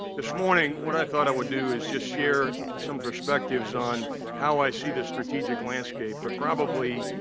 this morning, what i thought i would do is just share some perspectives on how i see the strategic landscape, but probably,